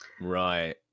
right